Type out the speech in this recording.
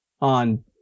on